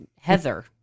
Heather